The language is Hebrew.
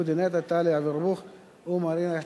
אודי טנא, טליה אברבוך ומרינה קריסקין.